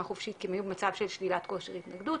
חופשית כי הם היו במצב של שלילת כושר התנגדות,